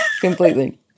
completely